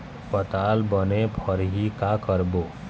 पताल बने फरही का करबो?